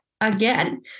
again